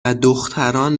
دختران